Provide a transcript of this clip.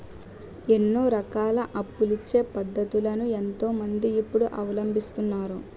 ఎన్నో రకాల అప్పులిచ్చే పద్ధతులను ఎంతో మంది ఇప్పుడు అవలంబిస్తున్నారు